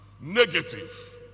negative